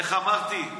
איך אמרתי?